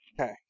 Okay